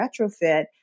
retrofit